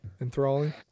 enthralling